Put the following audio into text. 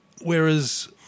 Whereas